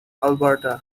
alberta